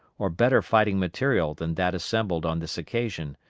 or better fighting material than that assembled on this occasion,